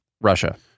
Russia